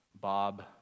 Bob